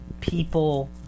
people